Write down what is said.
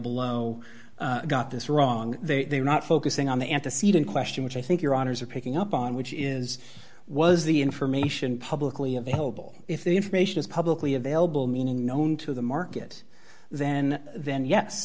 below got this wrong they are not focusing on the antecedent question which i think your honour's are picking up on which is was the information publicly available if the information is publicly available meaning known to the market then then yes